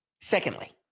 Secondly